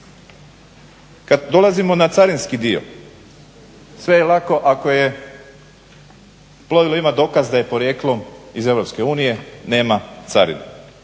Kad dolazimo na carinski dio, sve je lako ako plovilo ima dokaz da je porijeklom iz Europske unije,